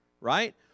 right